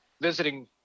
visiting